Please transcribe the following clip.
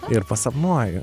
ir pasapnuoju